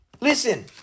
Listen